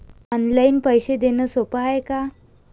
Online पैसे देण सोप हाय का?